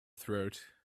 throat